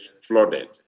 flooded